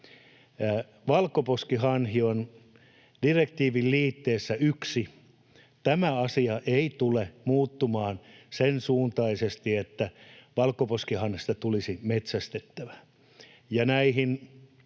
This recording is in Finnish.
valkoposkihanhi on direktiiviliitteessä I, tämä asia ei tule muuttumaan sen suuntaisesti, että valkoposkihanhesta tulisi metsästettävä.